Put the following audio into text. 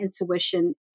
intuition